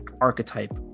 archetype